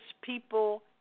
people